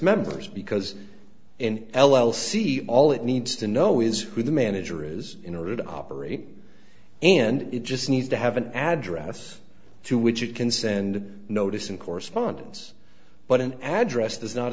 members because in l l c all it needs to know is who the manager is in order to operate and it just needs to have an address to which it can send notice and correspondence but an address does not